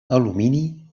alumini